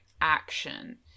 action